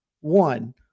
One